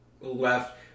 left